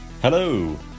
Hello